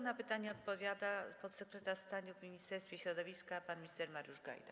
Na pytanie odpowiada podsekretarz stanu w Ministerstwie Środowiska pan minister Mariusz Gajda.